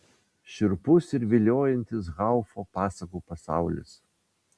šiurpus ir viliojantis haufo pasakų pasaulis